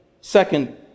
Second